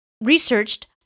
researched